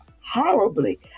horribly